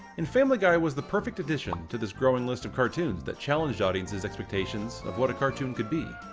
and family guy was the perfect addition to this growing list of cartoons, that challenged audience's expectations of what a cartoon could be.